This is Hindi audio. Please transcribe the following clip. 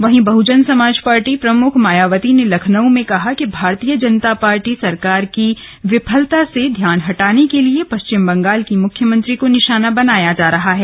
वहीं बहुजन समाज पार्टी प्रमुख मायावती ने लखनऊ में कहा कि भारतीय जनता पार्टी सरकार की विफलता से ध्यान हटाने के लिए पश्चिम बंगाल की मुख्यमंत्री को निशाना बनाया जा रहा है